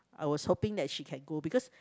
I was hoping that she can go because